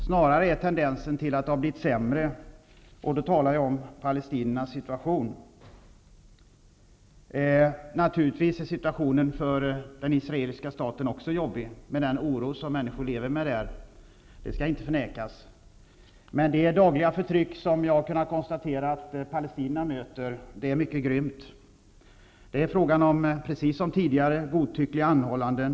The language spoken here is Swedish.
Snarare är tendensen den att det har blivit sämre -- jag talar då om palestiniernas situation. Naturligtvis är situationen för den israeliska staten också jobbig, med tanke på den oro som människor där lever med. Det skall inte förnekas. Men det dagliga förtryck som jag har kunnat konstatera att palestinierna möter är mycket grymt. Det är, precis som tidigare, fråga om godtyckliga anhållanden.